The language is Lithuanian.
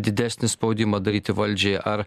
didesnį spaudimą daryti valdžiai ar